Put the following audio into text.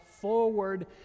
forward